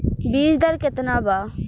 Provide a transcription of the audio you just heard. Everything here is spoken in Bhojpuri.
बीज दर केतना बा?